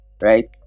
right